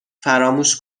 فراموش